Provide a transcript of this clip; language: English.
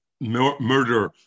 murder